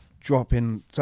dropping